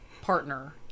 partner